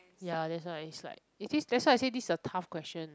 ya that's why is like is this that's why I say this a tough question